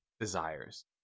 desires